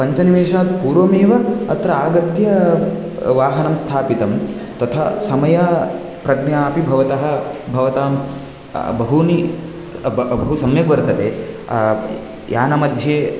पञ्चनिमेषात् पूर्वमेव अत्र आगत्य वाहनं स्थापितं तथा समयप्रज्ञा अपि भवतः भवतां बहूनि बहु सम्यक् वर्तते यानमध्ये